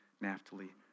Naphtali